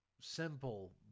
simple